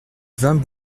vingt